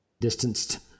distanced